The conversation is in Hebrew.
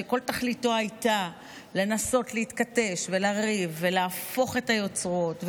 שכל תכליתו הייתה לנסות להתכתש ולריב ולהפוך את היוצרות,